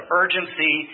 urgency